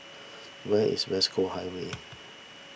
where is West Coast Highway